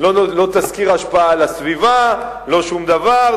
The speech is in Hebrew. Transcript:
לא תסקיר השפעה על הסביבה, לא שום דבר.